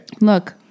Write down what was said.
Look